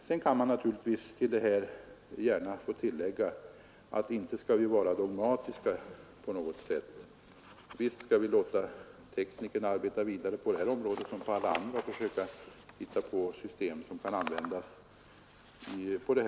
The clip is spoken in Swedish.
Sedan kan man tillägga att vi inte på något sätt skall vara dogmatiska. Visst skall vi på detta liksom på alla andra områden låta teknikerna arbeta vidare och försöka hitta på användbara system.